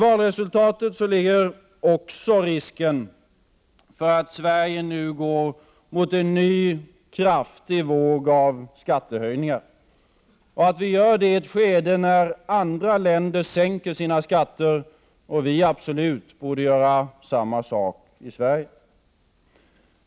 I valresultatet ligger också risken för att Sverige nu går mot en ny kraftig våg av skattehöjningar och att Sverige gör det i ett skede när andra länder sänker sina skatter och då vi i Sverige absolut borde göra samma sak.